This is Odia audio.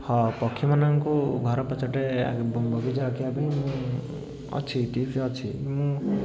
ହଁ ପକ୍ଷୀମାନଙ୍କୁ ଘର ପଛପଟେ ବଗିଚା ରଖିବାକୁ ଅଛି ମୁଁ ଅଛି ଟିପ୍ସ ଅଛି ମୁଁ